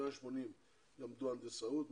180 משתתפים למדו הנדסאות,